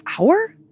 hour